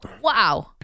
Wow